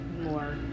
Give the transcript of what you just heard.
more